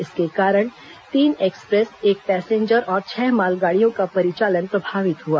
इसके कारण तीन एक्सप्रेस एक पैसेंजर और छह मालगाड़ियों का परिचालन प्रभावित हुआ